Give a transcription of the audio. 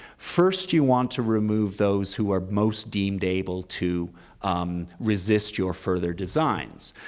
first you want to remove those who are most deemed able to resist your further designs.